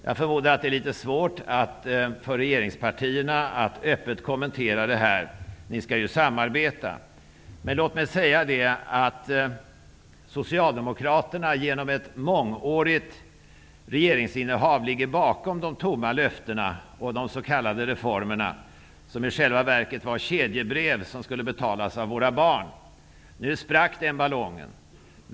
Jag förmodar att det är litet svårt för regeringspartierna att öppet kommentera det här -- ni skall ju samarbeta. Låt mig säga att Socialdemokraterna genom ett mångårigt regeringsinnehav ligger bakom de tomma löftena och de s.k. reformerna, som i själva verket var kedjebrev, som skulle betalas av våra barn. Nu sprack den ballongen.